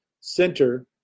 Center